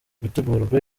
gutegurwa